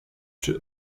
czy